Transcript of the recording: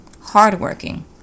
hardworking